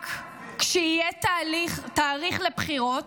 רק כשיהיה תאריך לבחירות,